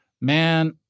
man